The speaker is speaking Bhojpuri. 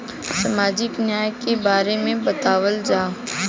सामाजिक न्याय के बारे में बतावल जाव?